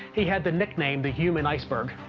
he had the nickname the human iceberg.